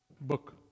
book